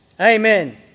Amen